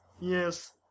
Yes